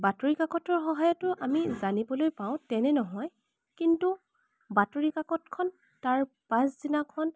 বাতৰি কাকতৰ সহায়তো আমি জানিবলৈ পাওঁ তেনে নহয় কিন্তু বাতৰি কাকতখন তাৰ পাছদিনাখন